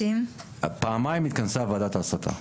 פעמיים התכנסה ועדת ההסתה.